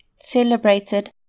celebrated